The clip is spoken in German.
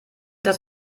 das